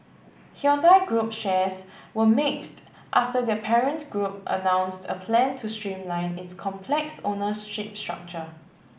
Hyundai group shares were mixed after their parent group announced a plan to streamline its complex ownership structure